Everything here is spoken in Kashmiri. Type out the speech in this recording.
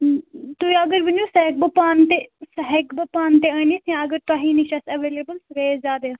تُہۍ اگر ؤنِو سُہ ہیٚکہٕ بہٕ پانہٕ تہِ سُہ ہیٚکہٕ بہٕ پانہٕ تہِ أنِتھ یا اگر تُہی نِش آسہِ ایٚویلیبُل سُہ گٔیے زیادٕے اَصٕل